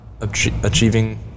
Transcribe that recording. achieving